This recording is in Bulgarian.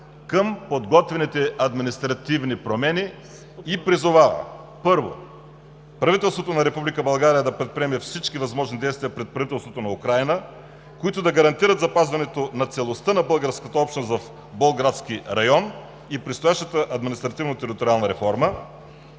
с подготвяните административни промени и призовава: 1. Правителството на Република България да предприеме всички възможни действия пред правителството на Украйна, които да гарантират запазването на целостта на българската общност в Болградския район при предстоящата административно-териториална реформа.